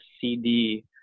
CD